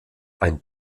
ein